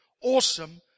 awesome